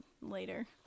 later